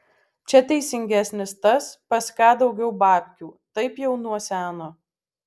čia teisingesnis tas pas ką daugiau babkių taip jau nuo seno